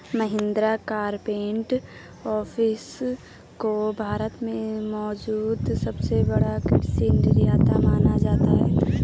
Mahindra corporate office को भारत में मौजूद सबसे बड़ा कृषि निर्माता माना जाता है